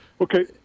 Okay